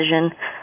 decision